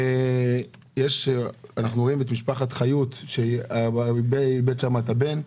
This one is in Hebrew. אנחנו רואים את משפחת חיות שהאב איבד את הבין שלו,